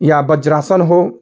या वज्रासन हो